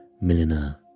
milliner